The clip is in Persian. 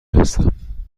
هستم